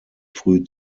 früh